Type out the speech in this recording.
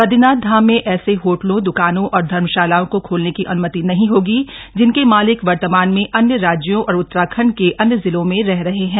बदरीनाथ धाम में ऐसे होटलों द्वकानों और धर्मशालाओं को खोलने की अन्मित नहीं होगी जिनके मालिक वर्तमान में अन्य राज्यों और उत्तराखंड के अन्य जिलों में रह रहे हैं